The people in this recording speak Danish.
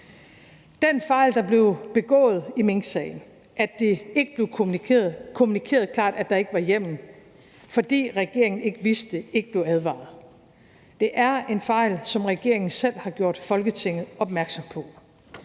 Den fejl, der blev begået i minksagen, altså at det ikke blev kommunikeret klart, at der ikke var hjemmel, fordi regeringen ikke vidste det og ikke blev advaret, er en fejl, som regeringen selv har gjort Folketinget opmærksom på.